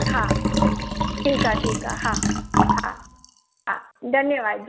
हा ठीकु आहे ठीकु आहे हा हा हा धन्यवाद